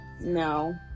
No